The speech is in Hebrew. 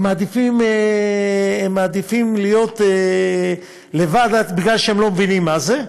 הם מעדיפים להיות לבד רק בגלל שהם לא מבינים מה זה.